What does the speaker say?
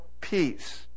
peace